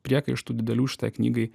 priekaištų didelių šitai knygai